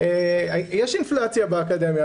יש אינפלציה באקדמיה,